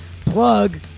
plug